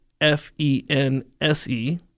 F-E-N-S-E